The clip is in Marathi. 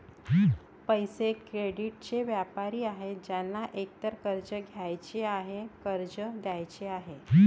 पैसे, क्रेडिटचे व्यापारी आहेत ज्यांना एकतर कर्ज घ्यायचे आहे, कर्ज द्यायचे आहे